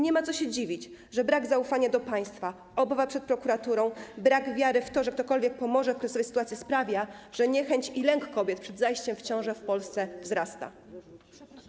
Nie ma co się dziwić, że brak zaufania do państwa, obawa przed prokuraturą, brak wiary w to, że ktokolwiek pomoże w tej sytuacji, sprawia, że niechęć, lęk kobiet przed zajściem w ciążę w Polsce wzrasta.